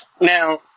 Now